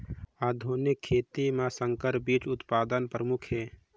आधुनिक खेती म संकर बीज उत्पादन प्रमुख हे